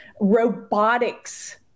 robotics